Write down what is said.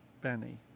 Benny